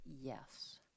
yes